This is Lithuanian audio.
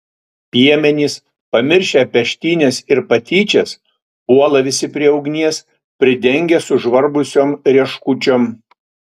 piemenys pamiršę peštynes ir patyčias puola visi prie ugnies pridengia sužvarbusiom rieškučiom